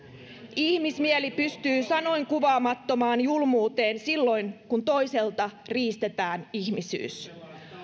ihmismieli pystyy sanoin kuvaamattomaan julmuuteen silloin kun toiselta riistetään ihmisyys